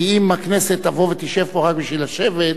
כי אם הכנסת תבוא ותשב פה רק בשביל לשבת,